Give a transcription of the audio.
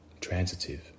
transitive